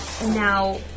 Now